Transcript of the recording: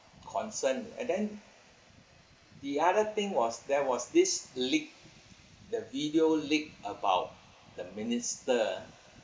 concern and then the other thing was there was this leak the video leaked about the minister